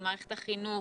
על מערכת החינוך,